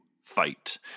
fight